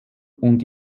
und